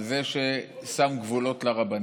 על זה ששם גבולות לרבנים.